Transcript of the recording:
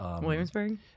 Williamsburg